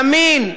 ימין,